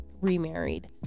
remarried